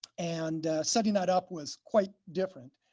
and setting that up was quite different.